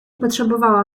potrzebowała